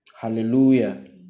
Hallelujah